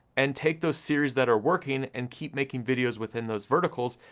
and take those series that are working, and keep making videos within those verticals,